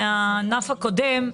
להבדיל מהענף הקודם,